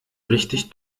richtig